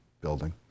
building